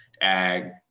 ag